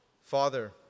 Father